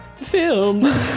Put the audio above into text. film